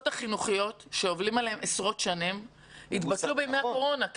החינוכיות שהובילו עשרות שנים התבטלו בימי הקורונה.